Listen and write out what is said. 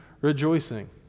rejoicing